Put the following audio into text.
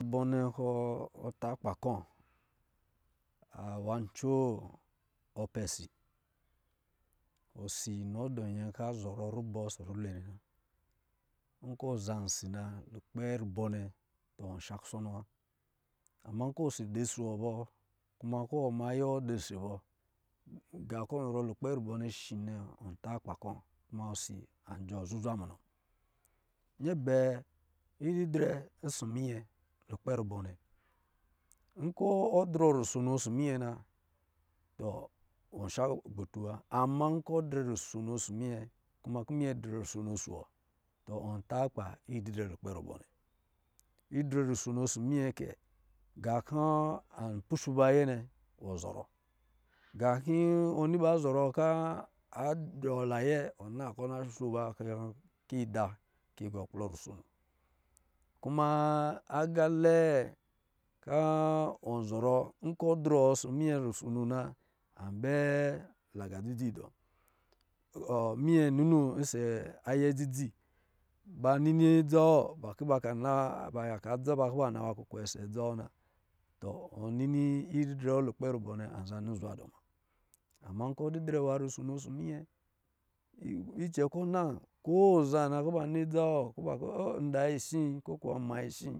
Rubɔ nnɛ kɔ̄ ɔ ta akpa kɔ̄ nwa coo ɔpɛ ‘si, osi nɔ dɔ̄ nyɛ kɔ̄ a zɔrɔ ruwe ɔsɔ̄ rabɔ nnɛ na nkɔ̄ zan nsi na lukpa rubɔ nnɛ wɔ shakusɔnɔ wa ama nkɔ̄ si dɔ̄ ɔsɔ̄ wɔ bɔ kuma kɔ̄ wɔ ma ayɛ wɔ dɔ ‘si bɔ gā kɔ̄ ɔ zɔrɔ lukpɛ rabɔ nna shi nnɛ wɔ ta akpa kɔ̄ wa kama ɔsi an joɔ zuzwa munɔ. Yɛ abɛɛ ididrɛ ɔsɔ̄ mimmɛ lukpɛ rubɔ nnɛ nkɔ̄ ɔdrɔɔ rusono ɔsɔ̄ minyɛ na, tɔ wɔ shagbotuwa nkɔ̄ drɛ risono ɔsɔ̄ minyɛ kuma kɔ̄ minyɛ drɛ rusono ɔsɔ̄ wɔ, tɔ wɔ ta akpa ididrɛ lukpɛ rubɔ nnɛ wa idrɛ rusono ɔsɔ̄ minɔɛ ke gā kɔ̄ a pusu ba ayɛ nnɛ wɔ zɔrɔ ga kɔ̄ ni kɔ̄ apɔ anayɛ wɔ na kɔ̄ na sho ba kɔ̄ yi da kɔ̄ yi gɔ kɔ rusono. Kuma agā la kɔ̄ wɔ zɔrɔ kɔ̄ za drɔ ɔsɔ munyɛ rusono an bɛ la dzidzi dɔ minyɛ ba ninoo ɔsɔ̄ aya dzidzi ba nini adza wɔ ba kɔ̄ na ba kukwe ɔsɔ adza na tɔ wɔ nini idi drɛ wɔ lukpɛ rabɔ nnɛ an za nizwa dɔɔ muna. Ama kɔ̄ didrɛ rasono ɔsɔ̄ minyɛ icɛ kɔ̄ na ko wɔ za na kɔ̄ ba nini adza wɔ o nda yi sii kokuwa nma yi sii?